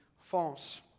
false